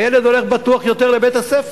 הילד הולך בטוח יותר לבית-הספר,